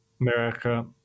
America